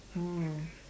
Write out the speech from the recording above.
mm